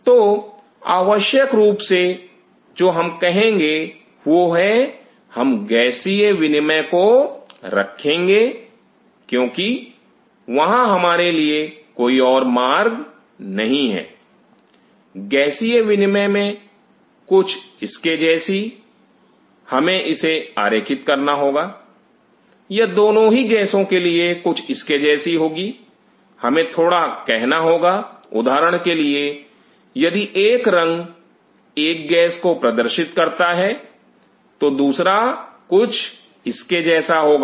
तो आवश्यक रूप से जो हम करेंगे वह है हम गैसीय विनिमय को रखेंगे क्योंकि वहां हमारे लिए कोई और मार्ग नहीं है गैसीय विनिमय में कुछ इसके जैसी हमें इसे आरेखित करना होगा यह दोनों ही गैसों के लिए कुछ इसके जैसी होगी हमें थोड़ा कहना होगा उदाहरण के लिए यदि एक रंग एक गैस को प्रदर्शित करता है तो दूसरा कुछ इसके जैसा होगा